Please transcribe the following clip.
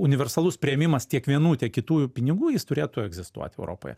universalus priėmimas tiek vienų tiek kitų pinigų jis turėtų egzistuoti europoje